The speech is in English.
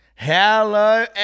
hello